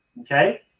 Okay